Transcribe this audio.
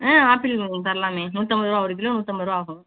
ஆ apple உங்களுக்கு தரலாமே நூத்தம்பதுரூபா ஒரு கிலோ நூத்தம்பதுரூபா ஆகும்